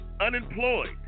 unemployed